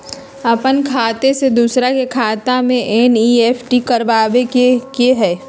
अपन खाते से दूसरा के खाता में एन.ई.एफ.टी करवावे के हई?